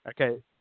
Okay